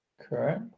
correct